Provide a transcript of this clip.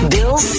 Bill